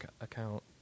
account